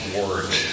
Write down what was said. words